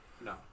No